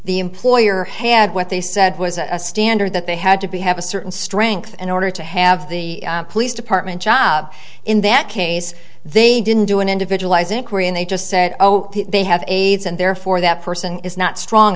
the employer had what they said was a standard that they had to be have a certain strength and order to have the police department job in that case they didn't do an individualized inquiry and they just said oh they have aids and therefore that person is not strong